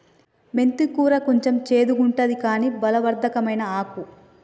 మెంతి కూర కొంచెం చెడుగుంటది కని బలవర్ధకమైన ఆకు